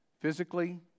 physically